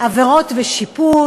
(עבירות ושיפוט)